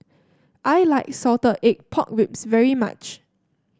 I like Salted Egg Pork Ribs very much